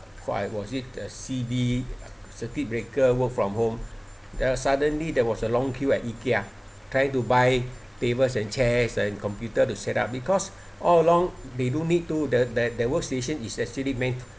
for I was it a C_B circuit breaker work from home uh suddenly there was a long queue at IKEA trying to buy tables and chairs and computer to set up because all along they don't need to the that the work station is actually meant